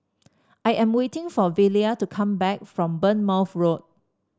I am waiting for Velia to come back from Bournemouth Road